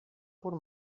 por